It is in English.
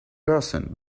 person